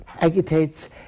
agitates